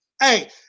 Hey